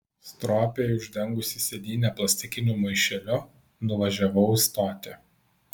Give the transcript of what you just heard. stropiai uždengusi sėdynę plastikiniu maišeliu nuvažiavau į stotį